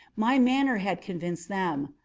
my manner had convinced them.